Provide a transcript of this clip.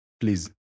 please